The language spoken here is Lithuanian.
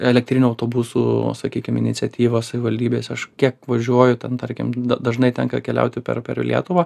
elektrinių autobusų sakykim iniciatyva savivaldybės aš kiek važiuoju ten tarkim dažnai tenka keliauti per per lietuvą